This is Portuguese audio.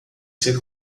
ser